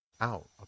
out